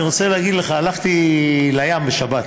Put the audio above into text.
אני רוצה להגיד לך, הלכתי לים בשבת